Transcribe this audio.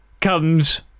comes